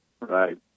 Right